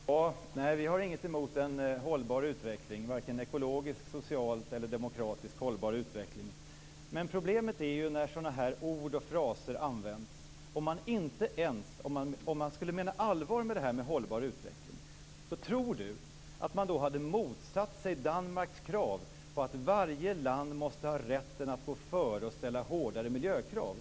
Fru talman! Nej, vi har ingenting emot en hållbar utveckling, varken en ekologiskt, socialt eller demokratiskt hållbar utveckling. Problemet är när sådana här ord och fraser används, om man skulle mena allvar med talet om hållbar utveckling. Tror Magnus Johansson att man då hade motsatt sig Danmarks krav på att varje land måste ha rätten att gå före och ställa hårdare miljökrav?